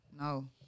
No